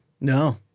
No